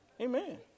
Amen